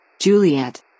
Juliet